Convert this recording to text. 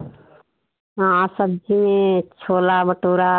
हाँ सब्जी छोला भटूरा